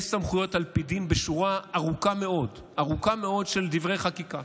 יש סמכויות על פקידים בשורה ארוכה מאוד של דברי חקיקה